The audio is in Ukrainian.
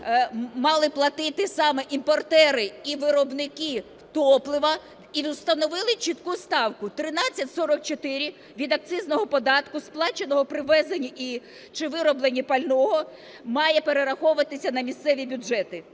мали платити саме імпортери і виробники топлива, і встановили чітку ставку. 13,44 від акцизного податку, сплаченого при ввезенні чи вироблені пального, має перераховуватися на місцеві бюджети.